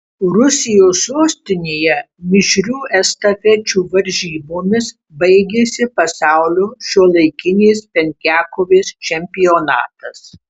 rusijos sostinėje mišrių estafečių varžybomis baigėsi pasaulio šiuolaikinės penkiakovės čempionatas